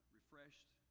refreshed